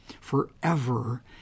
forever